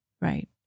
right